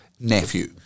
nephew